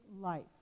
life